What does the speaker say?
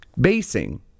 basing